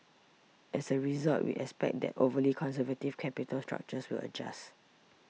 as a result we expect that overly conservative capital structures will adjust